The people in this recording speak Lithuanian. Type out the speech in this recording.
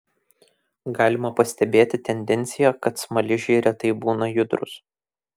galima pastebėti tendenciją kad smaližiai retai būna judrūs